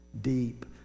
deep